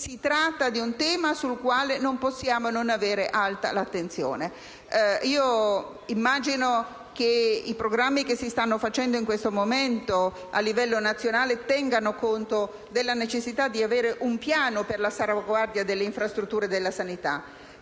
si tratti di un tema sul quale non possiamo non tenere alta l'attenzione. Io immagino che i programmi che si stanno approntando in questo momento a livello nazionale tengano conto della necessità di avere un piano per la salvaguardia delle infrastrutture della sanità: